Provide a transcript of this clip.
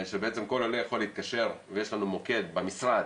שבעצם כל עולה יכול להתקשר ויש לנו מוקד במשרד.